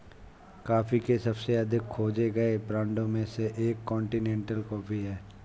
coffee के सबसे अधिक खोजे गए ब्रांडों में से एक कॉन्टिनेंटल कॉफ़ी है